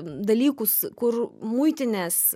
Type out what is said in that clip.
dalykus kur muitinės